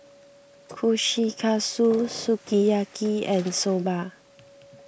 Kushikatsu Sukiyaki and Soba